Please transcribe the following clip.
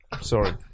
Sorry